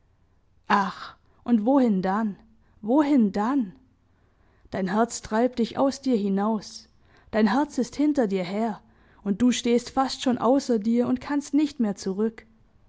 ach und wohin dann wohin dann dein herz treibt dich aus dir hinaus dein herz ist hinter dir her und du stehst fast schon außer dir und kannst nicht mehr zurück